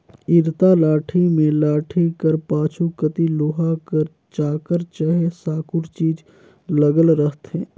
इरता लाठी मे लाठी कर पाछू कती लोहा कर चाकर चहे साकुर चीज लगल रहथे